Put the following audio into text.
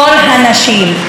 כל הנשים.